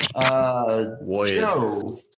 Joe